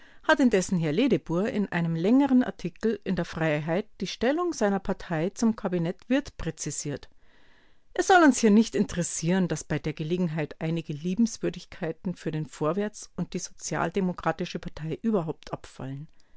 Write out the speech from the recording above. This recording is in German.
hat indessen herr ledebour in einem längern artikel in der freiheit die stellung seiner partei zum kabinett wirth präzisiert es soll uns hier nicht interessieren daß bei der gelegenheit einige liebenswürdigkeiten für den vorwärts und die sozialdemokratische partei überhaupt abfallen